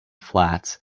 flats